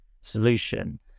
solution